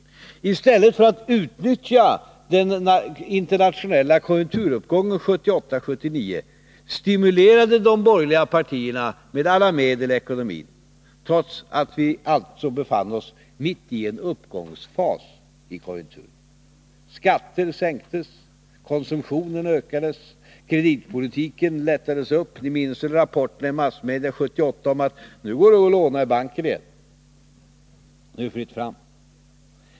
I stället för att utnyttja den internationella konjunkturuppgången 1978-1979, stimulerade de borgerliga partierna med alla medel ekonomin, trots att vi alltså befann oss mitt i en uppgångsfas i konjunkturen: skatter sänktes, konsumtionen ökades, kreditpolitiken lättades upp. Ni minns väl rapporterna i massmedia 1978 om att nu går det att låna i banken igen — det är fritt fram.